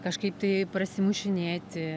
kažkaip tai prasimušinėti